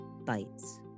bites